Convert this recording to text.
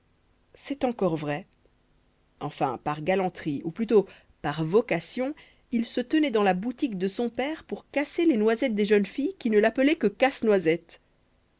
c'est encore vrai enfin par galanterie ou plutôt par vocation il se tenait dans la boutique de son père pour casser les noisettes des jeunes filles qui ne l'appelaient que casse-noisette